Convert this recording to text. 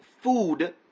food